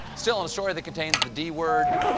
still, in a story that contains the d-word,